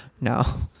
No